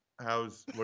how's